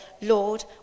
Lord